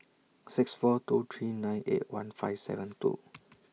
six four two three nine eight one five seven two